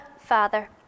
Father